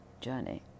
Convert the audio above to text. journey